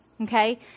Okay